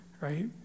right